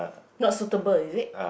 not suitable is it